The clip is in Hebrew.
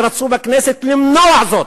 ורצו בכנסת למנוע זאת.